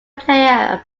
player